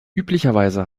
üblicherweise